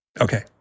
Okay